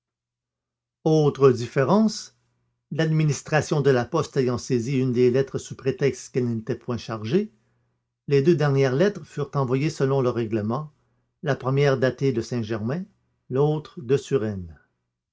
autre différence l'administration de la poste ayant saisi une des lettres sous prétexte qu'elle n'était point chargée les deux dernières lettres furent envoyées selon le règlement la première datée de saint-germain l'autre de suresnes